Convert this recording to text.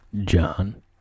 John